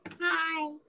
Hi